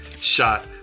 shot